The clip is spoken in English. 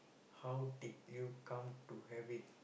how did you come to have it